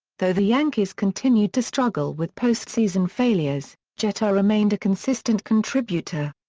though the yankees continued to struggle with postseason failures, jeter remained a consistent contributor.